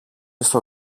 στο